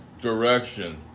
direction